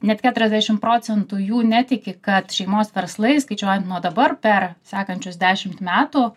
net keturiasdešim procentų jų netiki kad šeimos verslai skaičiuojant nuo dabar per sekančius dešimt metų